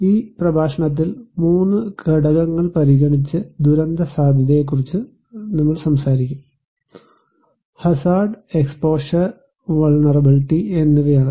ഈ പ്രഭാഷണത്തിൽ 3 ഘടകങ്ങൾ പരിഗണിച്ച് ദുരന്തസാധ്യതയെക്കുറിച്ച് സംസാരിക്കും ഒന്ന് ഹസാർഡ് എക്സ്പോഷർ വുൾനെറബിലിറ്റി എന്നിവയാണ്